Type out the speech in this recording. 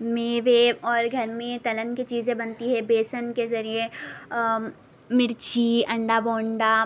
میوے اور گھر میں تلن کی چیزیں بنتی ہیں بیسن کے ذریعہ مرچی انڈا بونڈا